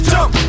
Jump